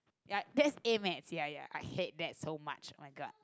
ya that's AddMath ya ya I hate that so much oh-my-god